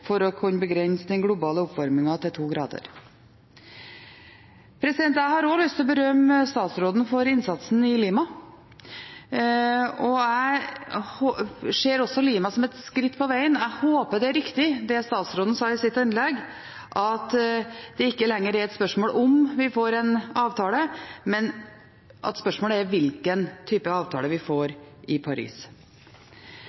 for å kunne begrense den globale oppvarmingen til to grader. Jeg har også lyst til å berømme statsråden for innsatsen i Lima. Jeg ser også Lima som et skritt på vegen. Jeg håper det er riktig det statsråden sa i sitt innlegg, at det ikke lenger er et spørsmål om vi får en avtale, men at spørsmålet er hvilken type avtale vi får